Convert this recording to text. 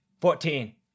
Fourteen